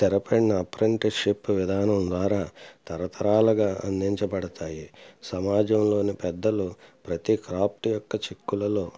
స్థిరపడిన అప్ప్రెంటిస్శిప్ విధానం ద్వారా తరతరాలుగా అందించబడుతాయి సమాజంలోని పెద్దలు ప్రతీ క్రాఫ్ట్ యొక్క చిక్కులలో